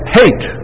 hate